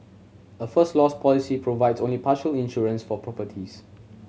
a First Loss policy provides only partial insurance for properties